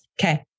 Okay